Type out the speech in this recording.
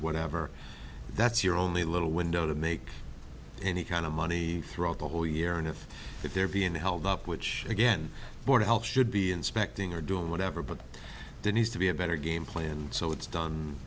whatever that's your only little window to make any kind of money throughout the whole year and if they're being held up which again more to help should be inspecting or doing whatever but they need to be a better game plan so it's done